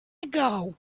ago